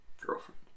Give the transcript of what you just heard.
girlfriend